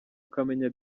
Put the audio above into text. ukamenya